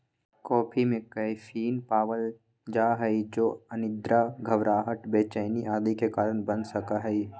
coffee में caffeine पावल जा हई जो अनिद्रा, घबराहट, बेचैनी आदि के कारण बन सका हई